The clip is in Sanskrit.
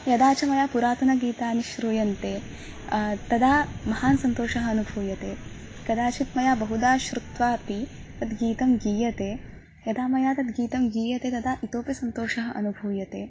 यदा च मया पुरातनगीतानि श्रूयन्ते तदा महान् सन्तोषः अनुभूयते कदाचित् मया बहुधा श्रुत्वापि तद्गीतं गीयते यदा मया तद्गीतं गीयते तदा इतोपि सन्तोषः अनुभूयते